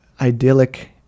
idyllic